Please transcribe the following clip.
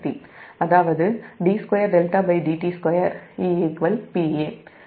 அதாவதுd2δdt2 ePa இது சமன்பாடு 39